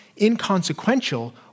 inconsequential